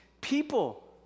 People